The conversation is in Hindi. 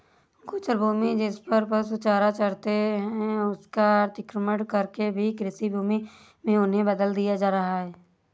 गोचर भूमि, जिसपर पशु चारा चरते हैं, उसका अतिक्रमण करके भी कृषिभूमि में उन्हें बदल दिया जा रहा है